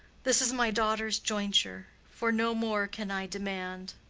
this is my daughter's jointure, for no more can i demand.